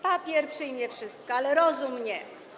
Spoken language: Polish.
Papier przyjmie wszystko, ale rozum nie.